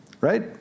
Right